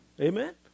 Amen